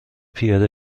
پیاده